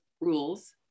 rules